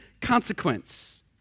consequence